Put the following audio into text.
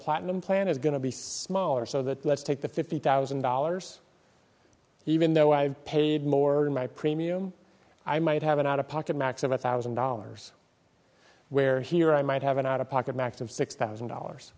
platinum plan is going to be smaller so that let's take the fifty thousand dollars even though i've paid more in my premium i might have an out of pocket max of one thousand dollars where here i might have an out of pocket max of six thousand dollars